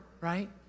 right